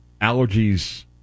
allergies